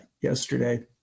yesterday